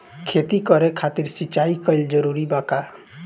खेती करे खातिर सिंचाई कइल जरूरी बा का?